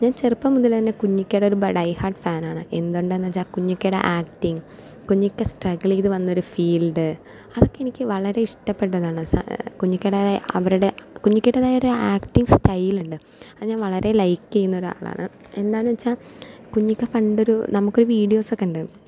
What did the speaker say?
ഞാൻ ചെറുപ്പം മുതലേ തന്നെ കുഞ്ഞിക്കയുടെ ഒരു ഡൈഹേർട്ട് ഫാനാണ് എന്തുണ്ടെന്ന് വെച്ചാൽ കുഞ്ഞിക്കയുടെ ആക്ടിങ് കുഞ്ഞിക്ക സ്ടര്ഗ്ഗളെയ്ത് വന്നൊരു ഫീൽഡ് അതൊക്കെയെനിക്ക് വളരെ ഇഷ്ടപെട്ടതാണ് വെച്ച കുഞ്ഞിക്കയുടെ അവരുടെ കുഞ്ഞിക്കേടേതായൊരു ആക്ടിങ് സ്റ്റൈലുണ്ട് അത് ഞാൻ വളരെ ലൈക്കെയുന്നൊരാളാണ് എന്താന്ന് വെച്ചാൽ കുഞ്ഞിക്ക പണ്ടൊരു നമ്മുക്കൊരു വീഡിയോസൊക്കെയുണ്ട്